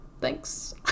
thanks